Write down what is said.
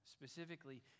specifically